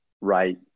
Right